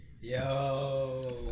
Yo